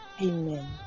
Amen